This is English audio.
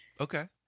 Okay